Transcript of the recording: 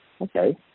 okay